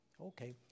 Okay